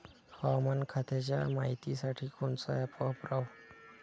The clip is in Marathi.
हवामान खात्याच्या मायतीसाठी कोनचं ॲप वापराव?